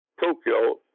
Tokyo